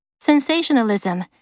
Sensationalism